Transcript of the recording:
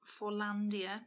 Forlandia